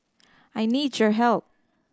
I need your help